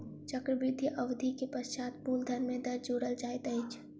चक्रवृद्धि अवधि के पश्चात मूलधन में दर जोड़ल जाइत अछि